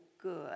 good